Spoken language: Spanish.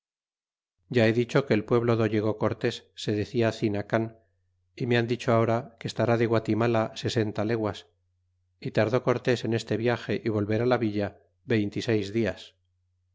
ya he dicho que el pueblo do llegó cortes se decia cinacau y me han dicho ahora que estará de guatimala sesenta leguas y tardó cortes en este viage y volver á la villa veinte y seis dias